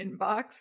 inbox